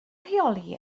rheoli